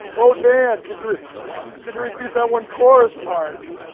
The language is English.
oh! dan, could you could you repeat that one chorus part,